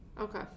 Okay